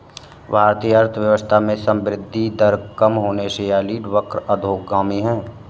भारतीय अर्थव्यवस्था में संवृद्धि दर कम होने से यील्ड वक्र अधोगामी है